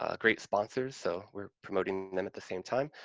ah great sponsors, so we're promoting them at the same time.